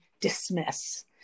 dismiss